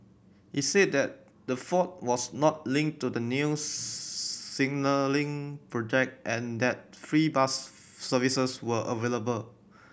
it said that the fault was not linked to the new signalling project and that free bus services were available